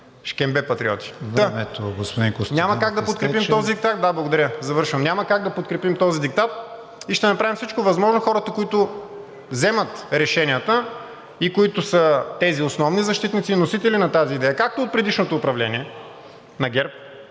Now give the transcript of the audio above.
завършвам. Няма как да подкрепим този диктат и ще направим всичко възможно хората, които вземат решенията и които са тези основни защитници и носители на тази идея както от предишното управление на ГЕРБ